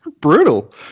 Brutal